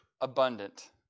abundant